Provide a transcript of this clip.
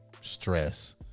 stress